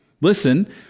listen